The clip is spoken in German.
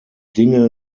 dinge